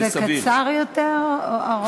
ערכת את זה קצר יותר או ארוך יותר?